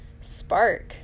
spark